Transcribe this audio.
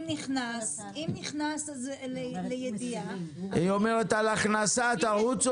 אם נכנס לידיעה --- היא אומרת 'על הכנסה תרוצו,